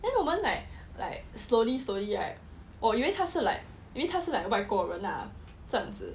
then 我们 like like slowly slowly right 我以为他是 like maybe 他是 like 外国人 lah 这样子